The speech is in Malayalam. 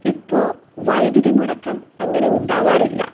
ഇപ്പോൾ വൈദ്യുതി മുടക്കം അങ്ങനെ ഉണ്ടാകാറില്ല